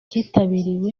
cyitabiriwe